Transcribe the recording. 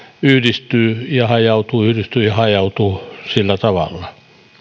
yhdistyy ja hajautuu yhdistyy ja hajautuu sillä tavalla